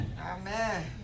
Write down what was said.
Amen